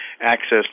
access